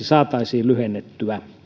saataisiin lyhennettyä